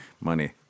money